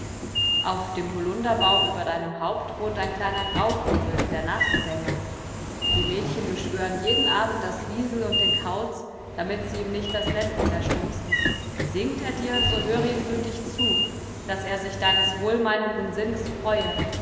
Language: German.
auf dem holunderbaum über deinem haupt wohnt ein kleiner grauvogel der nachtsänger die mädchen beschwören jeden abend das wiesel und den kauz damit sie ihm nicht das nest zerstoßen singt er dir so höre ihm gütig zu daß er sich deines wohlmeinenden sinnes freue